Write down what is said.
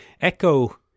Echo